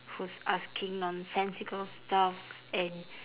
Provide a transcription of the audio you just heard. who's asking nonsensical stuffs and